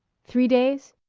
three days